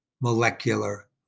molecular